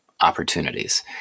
opportunities